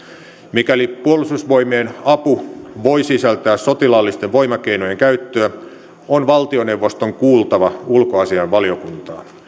mikäli puolustusvoimien apu voi sisältää sotilaallisten voimakeinojen käyttöä on valtioneuvoston kuultava ulkoasiainvaliokuntaa